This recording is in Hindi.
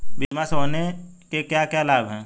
बीमा होने के क्या क्या लाभ हैं?